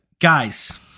guys